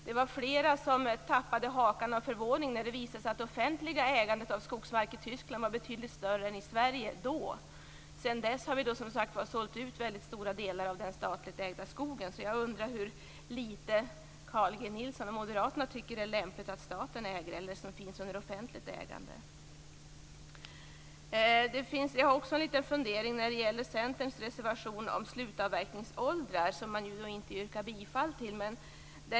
Det var flera som tappade hakan av förvåning när det visade sig att det offentliga ägandet av skogsmark i Tyskland då var betydligt större än i Sverige. Sedan dess har vi som sagt sålt ut väldigt stora delar av den statligt ägda skogen. Så jag undrar hur litet skog Carl G Nilsson och moderaterna tycker att det är lämpligt att staten äger eller skall vara i offentlig ägo. Jag har också en liten fundering när det gäller Centerns reservation om slutavverkningsåldrar, som man inte yrkar bifall till.